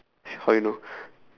s~ how you know